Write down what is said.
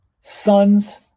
son's